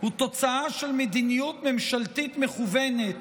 הוא תוצאה של מדיניות ממשלתית מכוונת,